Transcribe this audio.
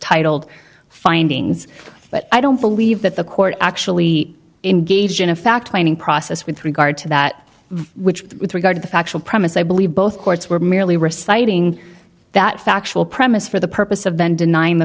titled findings but i don't believe that the court actually engaged in a fact finding process with regard to that which with regard to the factual premise i believe both courts were merely reciting that factual premise for the purpose of then denying the